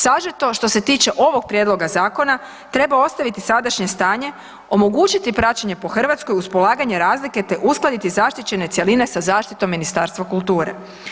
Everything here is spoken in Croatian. Sažeto, što se tiče ovog prijedloga Zakona treba ostaviti sadašnje stanje, omogućiti praćenje po Hrvatskoj uz polaganje razlike, te uskladiti zaštićene cjeline sa zaštitom Ministarstva kulture.